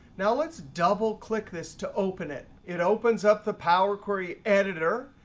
now let's double click this to open it. it opens up the power query editor.